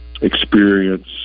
experience